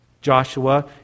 Joshua